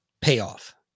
payoff